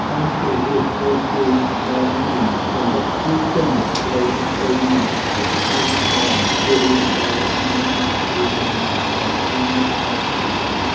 ការជ្រើសរើសពូកគេងដែលមានកម្រិតភាពទន់ត្រូវទៅនឹងសុខភាពខ្នងជារឿងដែលអ្នកអាចធ្វើបានដោយគ្មានការបង្ខំ។